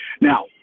Now